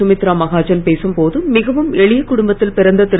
சுமித்ரா மகாஜன் பேசும் போது மிகவும் எளிய குடும்பத்தில் பிறந்த திரு